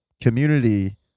community